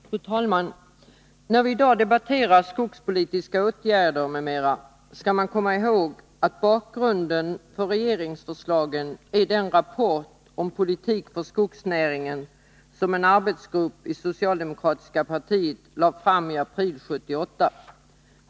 Fru talman! När vi i dag debatterar skogspolitiska åtgärder m.m. skall vi komma ihåg att bakgrunden för regeringsförslagen är den rapport om Politik för skogsnäringen som en arbetsgrupp i socialdemokratiska partiet lade fram i april 1978.